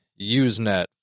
Usenet